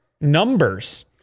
numbers